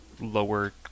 lower